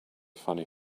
funny